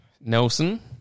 Nelson